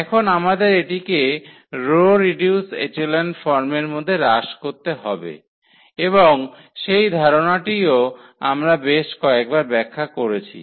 এখন আমাদের এটিকে রো রিডিউস এচেলন ফর্মের মধ্যে হ্রাস করতে হবে এবং সেই ধারণাটিও আমরা বেশ কয়েকবার ব্যাখ্যা করেছি